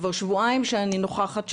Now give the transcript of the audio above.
כבר שבועיים שאני נוכחת שם,